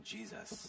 Jesus